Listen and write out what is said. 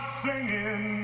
singing